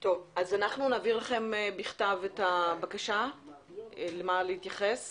אז אנחנו נעביר לכם בכתב את הבקשה למה להתייחס